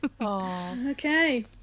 Okay